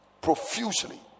profusely